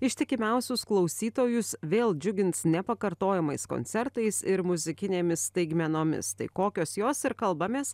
ištikimiausius klausytojus vėl džiugins nepakartojamais koncertais ir muzikinėmis staigmenomis tai kokios jos ir kalbamės